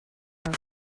her